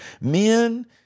Men